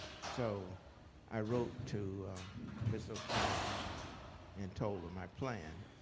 so i wrote to ms. o'keeffe and told her my plan.